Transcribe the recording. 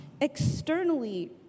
externally